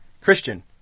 Christian